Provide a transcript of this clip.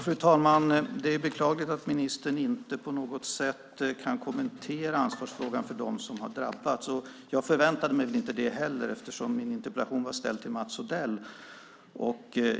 Fru talman! Det är beklagligt att ministern inte på något sätt kan kommentera frågan om ansvaret för dem som har drabbats. Jag förväntade mig väl inte det heller, eftersom min fråga var ställd till Mats Odell.